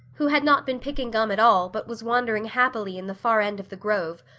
who had not been picking gum at all but was wandering happily in the far end of the grove,